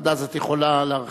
עד אז את יכולה להרחיב.